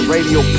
Radio